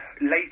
late